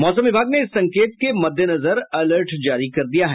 मौसम विभाग ने इस संकेत के मद्देनजर अलर्ट जारी कर दिया है